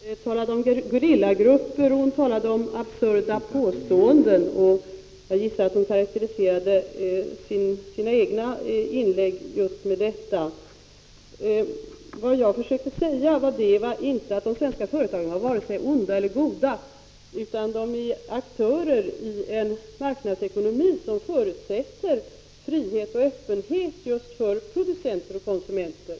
Herr talman! Maria Leissner talade om gerillagrupper och absurda påståenden. Det var med sådana hon karakteriserade sitt inlägg. Vad jag försökte säga var inte att de svenska företagen vare sig var onda eller goda, utan att de är aktörer i en marknadsekonomi som förutsätter frihet och öppenhet för just producenter och konsumenter.